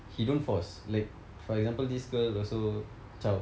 he don't force like for example this girl also zao